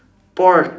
pork